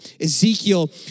Ezekiel